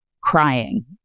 crying